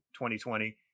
2020